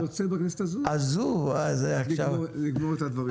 אני רוצה בכנסת הזו לגמור את הדברים.